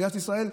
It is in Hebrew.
מדינת ישראל,